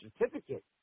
certificate